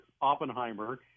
Oppenheimer